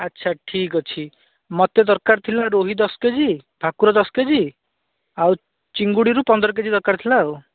ଆଚ୍ଛା ଠିକ୍ଅଛି ମୋତେ ଦରକାର ଥିଲା ରୋହି ଦଶ କେଜି ଭାକୁର ଦଶ କେଜି ଆଉ ଚିଙ୍ଗୁଡ଼ିରୁ ପନ୍ଦର କେଜି ଦରକାର ଥିଲା ଆଉ